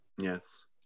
Yes